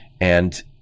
and-